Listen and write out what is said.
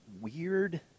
weird